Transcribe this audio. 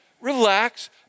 relax